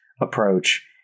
approach